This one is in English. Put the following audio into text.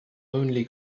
only